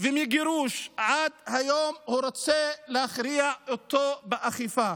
ומגירוש עד היום, הוא רוצה להכריע אותו באכיפה.